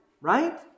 right